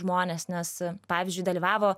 žmonės nes pavyzdžiui dalyvavo